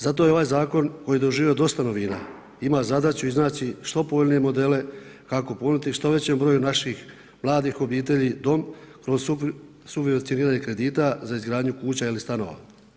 Zato je ovaj zakon koji je doživio dosta novina, ima zadaću iznaći što povoljnije modele kako ponuditi što većem broju naših mladih obitelji dom kroz subvencioniranje kredita za izgradnju kuća ili stanova.